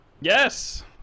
Yes